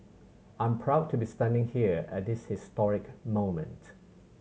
I'm proud to be standing here at this historic moment